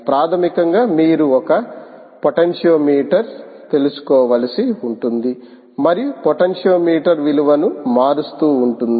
ప్రాథమికంగా మీరు ఒక పొటెన్షియోమీటర్ తీసుకోవలసి ఉంటుంది మరియుపొటెన్షియోమీటర్ విలువను మారుస్తూ ఉంటుంది